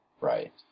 Right